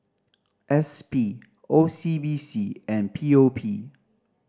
S P O C B C and P O P